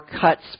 cuts